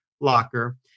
locker